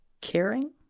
caring